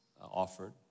offered